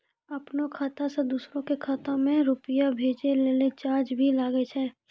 आपनों खाता सें दोसरो के खाता मे रुपैया भेजै लेल चार्ज भी लागै छै?